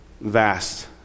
vast